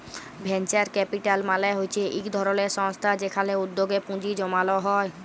venture capital মালে হচ্যে ইক ধরলের সংস্থা যেখালে উদ্যগে পুঁজি জমাল হ্যয়ে